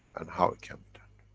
and how it can